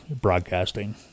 broadcasting